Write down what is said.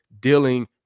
dealing